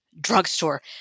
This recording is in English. drugstore